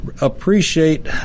appreciate